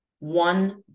One